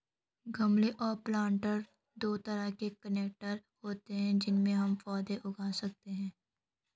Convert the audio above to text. गमले और प्लांटर दो तरह के कंटेनर होते है जिनमें हम पौधे उगा सकते है